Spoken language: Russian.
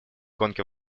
гонки